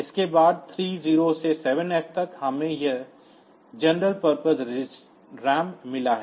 उसके बाद 30 से 7F तक हमें यह सामान्य उद्देश्य रैम मिला है